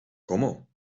cómo